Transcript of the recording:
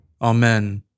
Amen